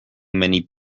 many